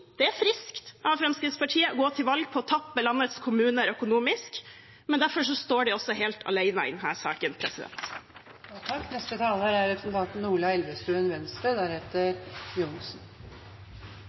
det er friskt av Fremskrittspartiet å gå til valg på å tappe landets kommuner økonomisk, men derfor står de helt alene i denne saken.